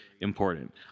important